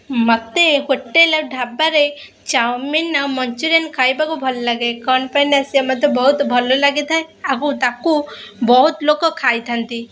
ମୋତେ ହୋଟେଲ୍ ଆଉ ଢାବାରେ ଚାଉମିନ୍ ଆଉ ମଞ୍ଚୁରିଆନ୍ ଖାଇବାକୁ ଭଲ ଲାଗେ କ'ଣ ପାଇଁ ନା ସେ ମୋତେ ବହୁତ ଭଲ ଲାଗିଥାଏ ଆଉ ତାକୁ ବହୁତ ଲୋକ ଖାଇଥାନ୍ତି